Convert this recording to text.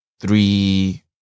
three